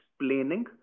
explaining